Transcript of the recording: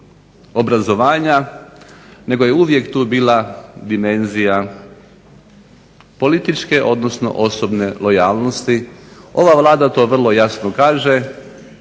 obrazovanja, nego je uvijek tu bila dimenzija političke, odnosno osobne lojalnosti. Ova Vlada to vrlo jasno kaže,